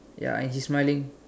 ya and he smiling